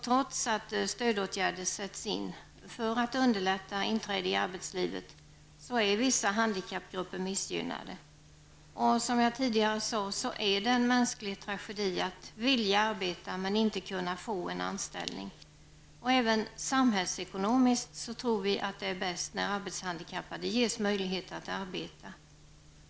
Trots att stödåtgärder sätts in för att underlätta inträde i arbetslivet, är vissa handikappgrupper missgynnade. Som jag tidigare sade, är det en mänsklig tragedi att vilja arbeta men inte kunna få en anställning. Även samhällsekonomiskt är det bäst när arbetshandikappade ges möjlighet att arbeta.